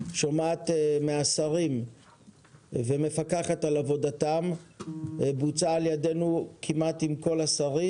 שומעת מהשרים ומפקחת על עבודתם בוצעה על-ידנו כמעט עם כל השרים.